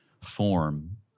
form